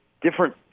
different